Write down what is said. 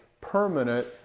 permanent